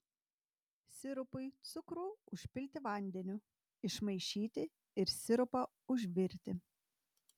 sirupui cukrų užpilti vandeniu išmaišyti ir sirupą užvirti